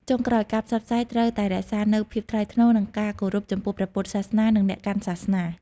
ចុងក្រោយ ការផ្សព្វផ្សាយត្រូវតែរក្សានូវភាពថ្លៃថ្នូរ និងការគោរពចំពោះព្រះពុទ្ធសាសនា និងអ្នកកាន់សាសនា។